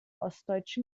ostdeutschen